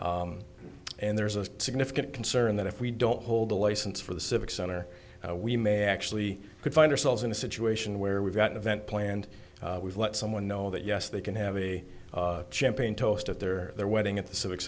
board and there's a significant concern that if we don't hold a license for the civic center we may actually could find ourselves in a situation where we've got an event planned we've let someone know that yes they can have a champaign toast at their their wedding at the civic